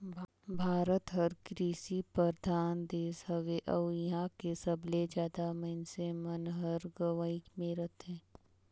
भारत हर कृसि परधान देस हवे अउ इहां के सबले जादा मनइसे मन हर गंवई मे रथें